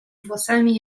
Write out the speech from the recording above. włosami